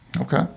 Okay